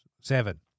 Seven